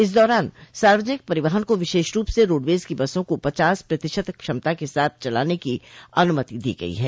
इस दौरान सार्वजनिक परिवहन को विशेष रूप से रोडवेज की बसों को पचास प्रतिशत क्षमता के साथ चलाने की अनुमति दी गई है